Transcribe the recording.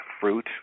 fruit